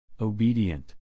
Obedient